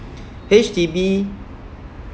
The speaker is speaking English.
H_D_B